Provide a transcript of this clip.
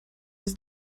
ist